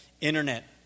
internet